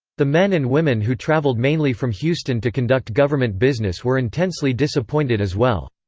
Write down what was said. the men and women who traveled mainly from houston to conduct government business were intensely disappointed as well.